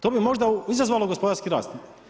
To bi možda izazvalo gospodarski rast.